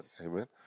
Amen